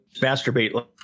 masturbate